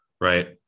right